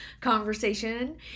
conversation